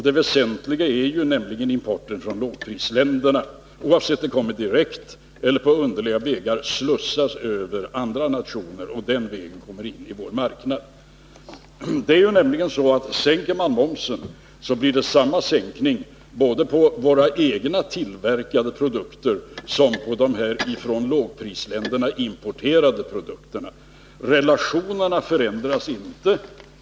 Det väsentliga är nämligen importen från lågprisländerna— oavsett om varorna kommer direkt eller om de på underliga vägar slussas över andra nationer och på den vägen kommer in på vår marknad. Sänker man momsen, så blir det en motsvarande sänkning både på våra egna tillverkade produkter och på de från lågprisländerna importerade produkterna. Relationerna förändras inte.